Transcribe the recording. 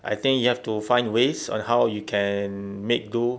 I think you have to find ways on how you can make do